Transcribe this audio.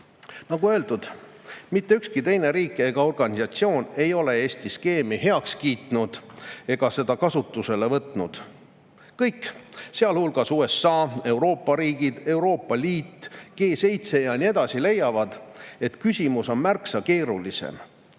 Nagu öeldud, mitte ükski teine riik ega organisatsioon ei ole Eesti skeemi heaks kiitnud ega seda kasutusele võtnud. Kõik, sealhulgas USA, Euroopa riigid, Euroopa Liit, G7 ja nii edasi, leiavad, et küsimus on märksa keerulisem,